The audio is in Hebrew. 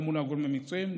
גם מול הגורמים המקצועיים,